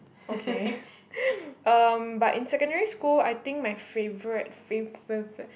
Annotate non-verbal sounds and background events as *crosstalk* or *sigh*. okay *laughs* um but in secondary school I think my favourite fave fave